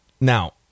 now